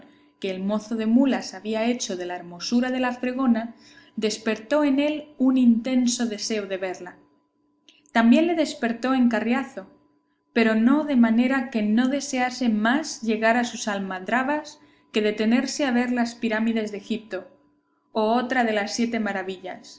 que el mozo de mulas había hecho de la hermosura de la fregona despertó en él un intenso deseo de verla también le despertó en carriazo pero no de manera que no desease más llegar a sus almadrabas que detenerse a ver las pirámides de egipto o otra de las siete maravillas